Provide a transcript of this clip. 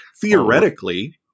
theoretically